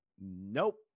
nope